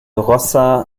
rossa